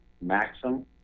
Maxim